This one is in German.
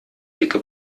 dicke